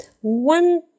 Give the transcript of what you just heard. One